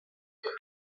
ric